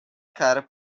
cara